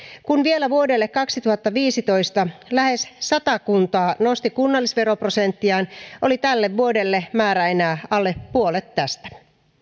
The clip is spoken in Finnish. kun vielä vuodelle kaksituhattaviisitoista lähes sata kuntaa nosti kunnallisveroprosenttiaan oli tälle vuodelle määrä enää alle puolet tästä